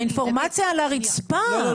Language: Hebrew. האינפורמציה על הרצפה.